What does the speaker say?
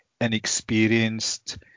inexperienced